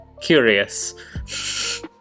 Curious